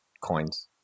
coins